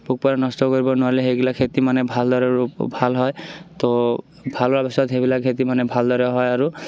পোক পৰুৱা নষ্ট কৰিব নোৱাৰিলে সেইগিলাক খেতি মানে ভালদৰে ৰোপ ভাল হয় তো ভাল হোৱাৰ পিছত সেইবিলাক খেতি মানে ভালদৰে হয় আৰু